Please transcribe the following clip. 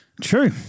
True